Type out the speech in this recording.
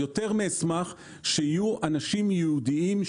יותר מאשמח שיהיו אנשים ייעודיים,